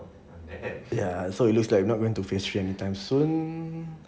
ya so it looks like not going to phase three anytime soon